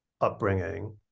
upbringing